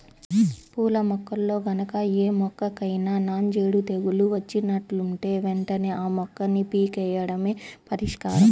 పూల మొక్కల్లో గనక ఏ మొక్కకైనా నాంజేడు తెగులు వచ్చినట్లుంటే వెంటనే ఆ మొక్కని పీకెయ్యడమే పరిష్కారం